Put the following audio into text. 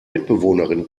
mitbewohnerin